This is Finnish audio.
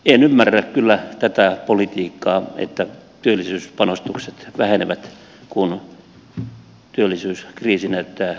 en ymmärrä kyllä tätä politiikkaa että työllisyyspanostukset vähenevät kun työllisyyskriisi näyttää kärjistyvän